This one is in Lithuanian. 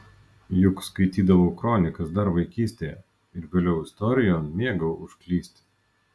juk skaitydavau kronikas dar vaikystėje ir vėliau istorijon mėgau užklysti